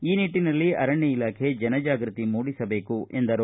ಆ ನಿಟ್ಟನಲ್ಲಿ ಅರಣ್ಯ ಇಲಾಖೆ ಜನಜಾಗೃತಿ ಮೂಡಿಸಬೇಕು ಎಂದರು